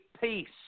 peace